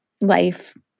life